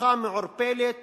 הבטחה מעורפלת